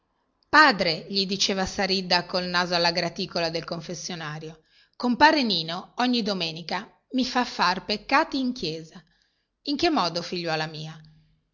padre gli diceva saridda col naso alla graticola del confessionario compare nino ogni domenica mi fa far peccati in chiesa in che modo figliuola mia